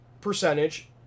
Percentage